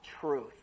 truth